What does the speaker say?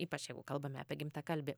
ypač jeigu kalbame apie gimtakalbį